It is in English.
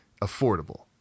affordable